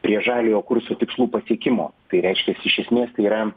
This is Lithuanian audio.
prie žaliojo kurso tikslų pasiekimo tai reiškias iš esmės tai yra